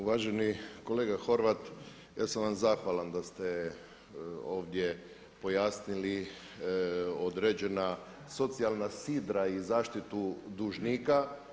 Uvaženi kolega Horvat ja sam vam zahvalan da ste ovdje pojasnili određena socijalna sidra i zaštitu dužnika.